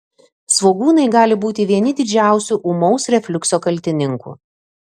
svogūnai gali būti vieni didžiausių ūmaus refliukso kaltininkų